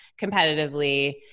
competitively